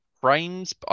Frames